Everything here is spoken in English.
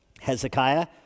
hezekiah